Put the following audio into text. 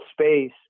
space